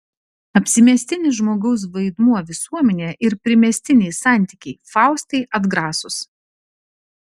apsimestinis žmogaus vaidmuo visuomenėje ir primestiniai santykiai faustai atgrasūs